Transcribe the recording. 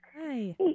Hi